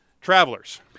travelers